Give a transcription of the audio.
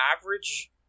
average